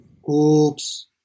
Oops